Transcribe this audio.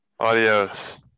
Adios